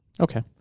Okay